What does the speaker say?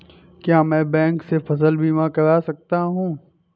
क्या मैं बैंक से फसल बीमा करा सकता हूँ?